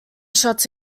shots